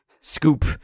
scoop